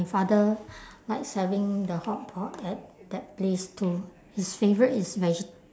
father likes having the hotpot at that place too his favourite is vege~